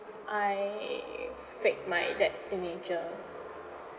I faked my dad's signature